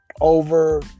over